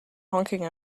honking